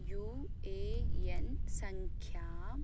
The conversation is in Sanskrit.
यु ए एन् सङ्ख्याम्